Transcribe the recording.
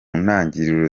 ntangiriro